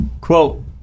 Quote